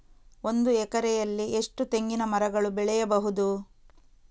ಒಂದು ಎಕರೆಯಲ್ಲಿ ಎಷ್ಟು ತೆಂಗಿನಮರಗಳು ಬೆಳೆಯಬಹುದು?